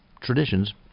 traditions